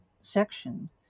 section